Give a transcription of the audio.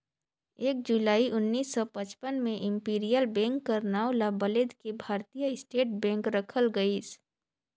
एक जुलाई उन्नीस सौ पचपन में इम्पीरियल बेंक कर नांव ल बलेद के भारतीय स्टेट बेंक रखल गइस